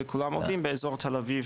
וכולם עובדים באזור תל אביב